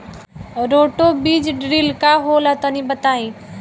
Roto बीज drill का होला तनि बताई?